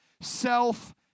self